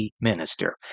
minister